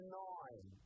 nine